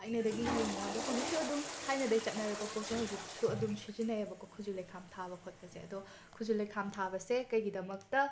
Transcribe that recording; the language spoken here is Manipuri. ꯊꯥꯏꯅꯗꯒꯤ ꯍꯧꯅ ꯑꯗꯣ ꯍꯧꯖꯤꯛꯁꯨ ꯑꯗꯨꯝ ꯊꯥꯏꯅꯗꯒꯤ ꯆꯠꯅꯔꯛꯄ ꯄꯣꯠꯁꯦ ꯍꯧꯖꯤꯛꯁꯨ ꯑꯗꯨꯝ ꯁꯤꯖꯤꯟꯅꯩꯌꯦꯕꯀꯣ ꯈꯨꯖꯨ ꯂꯩꯈꯥꯝ ꯊꯥꯕ ꯈꯣꯠꯄꯁꯦ ꯑꯗꯣ ꯈꯨꯖꯨ ꯂꯩꯈꯥꯝ ꯊꯥꯕꯁꯦ ꯀꯩꯒꯤꯗꯃꯛꯇ